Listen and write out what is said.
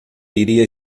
iria